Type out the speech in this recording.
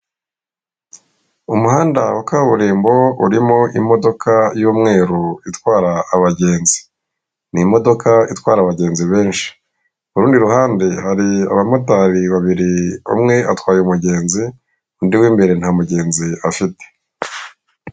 Umuhanda wa kaburimbo urimo imodoka y'umweru itwara abagenzi, ni imodoka itwara abagenzi benshi ku rundi ruhande hari abamotari babiriye umwe atwaye umugenzi undi w'imbere nta mugenzi afite.